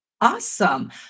Awesome